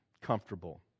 comfortable